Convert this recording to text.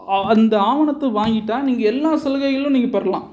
அந்த ஆவணத்தை வாங்கிட்டால் நீங்கள் எல்லா சலுகைகளும் நீங்கள் பெறலாம்